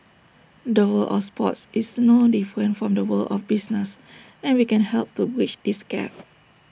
the world of sports is no different from the world of business and we can help to bridge this gap